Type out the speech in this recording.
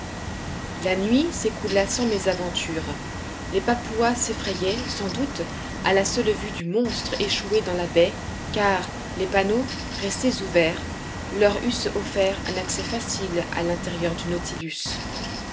la nuit s'écoula sans mésaventure les papouas s'effrayaient sans doute à la seule vue du monstre échoué dans la baie car les panneaux restés ouverts leur eussent offert un accès facile à l'intérieur du nautilus